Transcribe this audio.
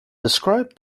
described